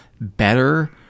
better